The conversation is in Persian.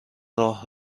راه